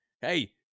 Hey